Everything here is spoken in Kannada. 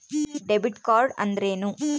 ಡೆಬಿಟ್ ಕಾರ್ಡ್ ಅಂದ್ರೇನು?